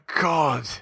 God